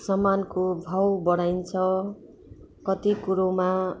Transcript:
सामानको भाउ बढाइन्छ कति कुरोमा